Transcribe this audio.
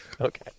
Okay